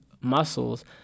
muscles